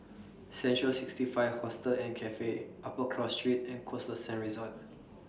Central sixty five Hostel and Cafe Upper Cross Street and Costa Sands Resort